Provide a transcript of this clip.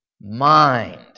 mind